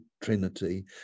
Trinity